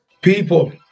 People